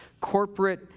corporate